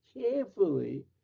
carefully